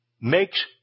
makes